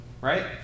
Right